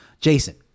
Jason